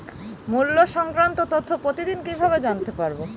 মুল্য সংক্রান্ত তথ্য প্রতিদিন কিভাবে জানতে পারি?